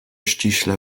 ściśle